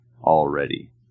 already